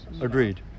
Agreed